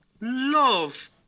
love